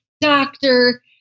doctor